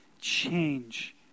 change